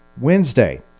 Wednesday